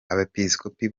abepiskopi